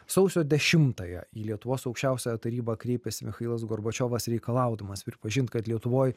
sausio dešimtąją į lietuvos aukščiausiąją tarybą kreipiasi michailas gorbačiovas reikalaudamas pripažint kad lietuvoj